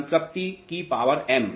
संतृप्ति की power m